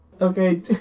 Okay